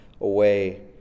away